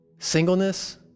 Singleness